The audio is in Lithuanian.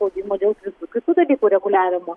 spaudimo dėl visų kitų dalykų reguliavimo